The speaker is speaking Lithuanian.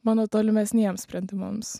mano tolimesniems sprendimams